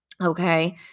okay